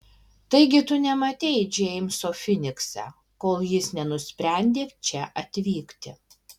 taigi tu nematei džeimso finikse kol jis nenusprendė čia atvykti